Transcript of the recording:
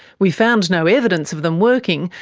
we found no evidence of them working,